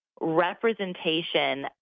representation